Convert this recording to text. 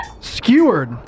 Skewered